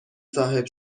صاحب